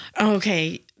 Okay